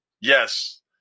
yes